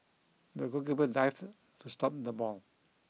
the goalkeeper dived to stop the ball